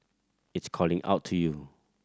it's calling out to you